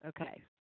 Okay